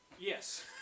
Yes